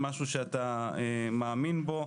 משהו שאתה מאמין בו,